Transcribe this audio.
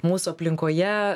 mūsų aplinkoje